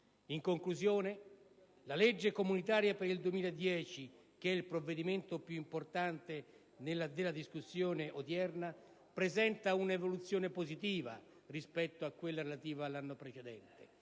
In conclusione, la legge comunitaria per il 2010, che è il provvedimento più importante della discussione odierna, presenta una evoluzione positiva rispetto a quella relativa all'anno precedente